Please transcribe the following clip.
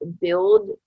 build